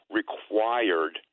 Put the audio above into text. required